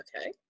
Okay